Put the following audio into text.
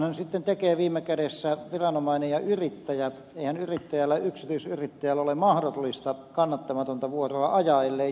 päätöksenhän sitten tekee viime kädessä viranomainen ja yrittäjä eihän yksityisyrittäjän ole mahdollista kannattamatonta vuoroa ajaa ellei joku maksa